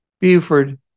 Buford